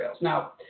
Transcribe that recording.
Now